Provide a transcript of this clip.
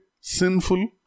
sinful